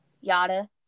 yada